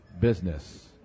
business